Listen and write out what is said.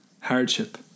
Hardship